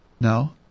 No